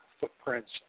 Footprints